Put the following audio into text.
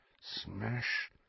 Smash